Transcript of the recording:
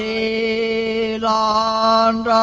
a long